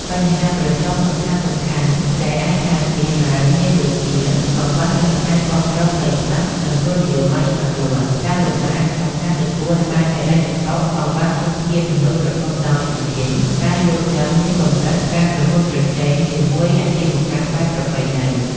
បញ្ហាប្រឈមសំខាន់ៗដែលអាចកើតមានឡើងមានដូចជា កង្វះយន្តការគាំទ្រផ្លូវច្បាប់ និងគោលនយោបាយច្បាស់លាស់ ការលំបាកក្នុងការទទួលបានហិរញ្ញវត្ថុ កង្វះធនធានមនុស្សប្រកបដោយជំនាញ ការយល់ដឹងមានកម្រិត ការប្រកួតប្រជែងជាមួយអាជីវកម្មបែបប្រពៃណី ។